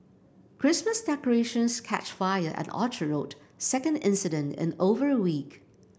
Christmas decorations catch fire at Orchard Rd second incident in over a week